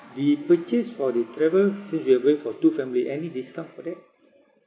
the purchase for the travel since we are going for two family any discount for that